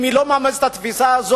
אם היא לא מאמצת את התפיסה הזאת,